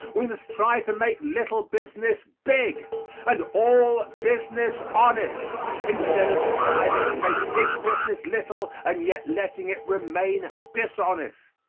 we must try to make little business big and all business honest instead of striving to make big business little and yet letting it remain dishonest.